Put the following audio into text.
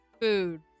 food